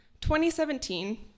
2017